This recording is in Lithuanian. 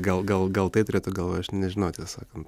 gal gal gal tai turėta galvoje aš nežinau tiesą sakant